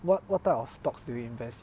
what what type of stocks do you invest